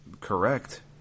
Correct